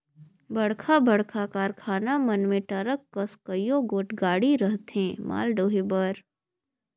बड़खा बड़खा कारखाना मन में टरक कस कइयो गोट गाड़ी रहथें माल डोहे बर